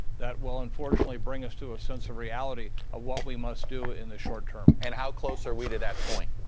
that will unfortunately bring us to a sense of reality of what we must do in the short term. and how close are we to that point?